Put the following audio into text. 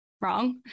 wrong